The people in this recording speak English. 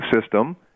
system